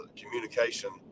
communication